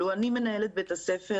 לו אני מנהלת בית הספר,